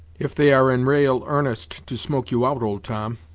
if they are in ra'al arnest to smoke you out, old tom,